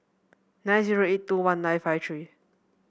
nine zero eight two one nine five three